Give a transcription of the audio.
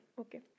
Okay